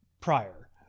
prior